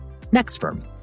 NextFirm